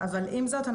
עם זאת,